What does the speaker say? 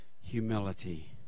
humility